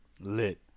Lit